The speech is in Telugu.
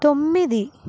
తొమ్మిది